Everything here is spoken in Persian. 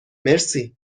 مرسی